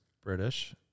British